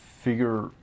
figure